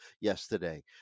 yesterday